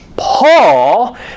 Paul